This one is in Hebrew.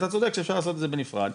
אתה צודק שאפשר לעשות את זה בנפרד,